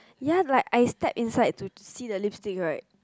ya like I step inside to see the lipstick right